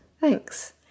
Thanks